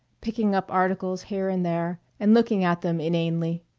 picking up articles here and there and looking at them inanely.